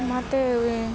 ಮತ್ತು